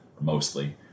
mostly